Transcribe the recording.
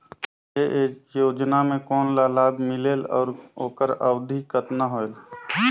ये योजना मे कोन ला लाभ मिलेल और ओकर अवधी कतना होएल